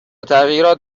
تغییرات